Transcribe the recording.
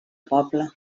poble